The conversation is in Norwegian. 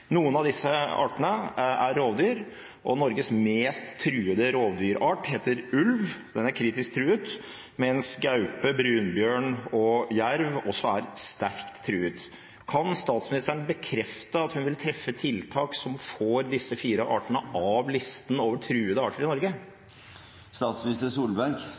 Noen av disse artene er rovdyr, og Norges mest truede rovdyrart heter ulv. Den er kritisk truet, mens gaupe, brunbjørn og jerv er sterkt truet. Kan statsministeren bekrefte at hun vil treffe tiltak som får disse fire artene av listen over truede arter i